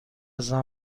شاید